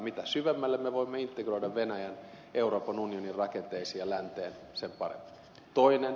mitä syvemmälle me voimme integroida venäjän euroopan unionin rakenteisiin ja länteen sen parempi